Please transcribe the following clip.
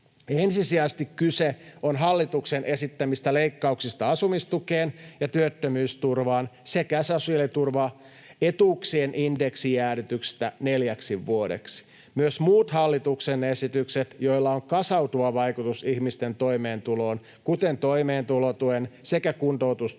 Ensisijaisesti kyse on hallituksen esittämistä leikkauksista asumistukeen ja työttömyysturvaan sekä sosiaaliturvaetuuksien indeksijäädytyksestä neljäksi vuodeksi. Myös muut hallituksen esitykset, joilla on kasautuva vaikutus ihmisten toimeentuloon, kuten toimeentulotuen sekä kuntoutustuen leikkaus